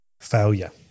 failure